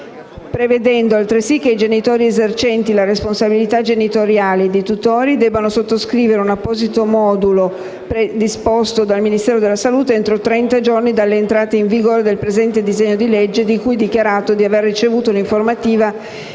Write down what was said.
prevedendo altresì che i genitori esercenti la responsabilità genitoriale e i tutori debbano sottoscrivere un apposito modulo predisposto dal Ministero della salute entro trenta giorni dall'entrata in vigore del presente disegno di legge di cui dichiarato di aver ricevuto l'informativa